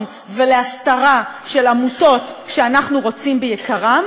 ולהסתרה של עמותות שאנחנו רוצים ביקרן,